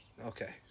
Okay